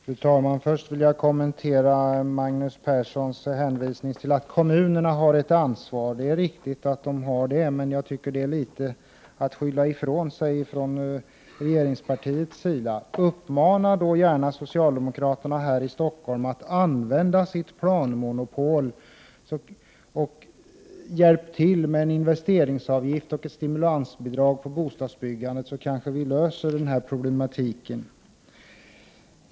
Fru talman! Först vill jag kommentera Magnus Perssons hänvisning till att kommunerna har ett ansvar. Det är riktigt att de har ett ansvar. Men jag tycker att man här skyller ifrån sig litet från regeringspartiets sida. Uppmana då gärna socialdemokraterna här i Stockholm att använda sitt planmonopol, och hjälp till med en investeringsavgift och ett stimulansbidrag för bostadsbyggandet, så kanske vi löser det här problemet!